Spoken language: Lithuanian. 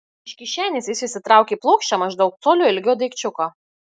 iš kišenės jis išsitraukė plokščią maždaug colio ilgio daikčiuką